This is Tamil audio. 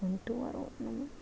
கொண்டு வரணும்